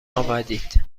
آمدید